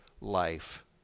life